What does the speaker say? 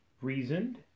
reasoned